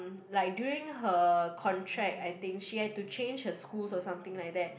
like during her contract I think she had to change her school or something like that